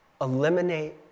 eliminate